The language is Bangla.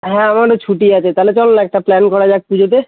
আমার এখনও ছুটি আছে তাহলে চল না একটা প্ল্যান করা যাক পুজোতে